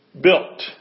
built